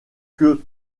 que